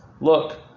Look